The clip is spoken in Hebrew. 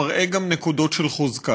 מראה גם נקודות של חוזק.